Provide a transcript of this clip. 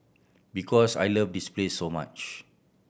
because I love this place so much